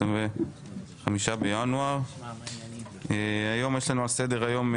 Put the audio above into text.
25 בינואר 2023. היום יש לנו על סדר-היום: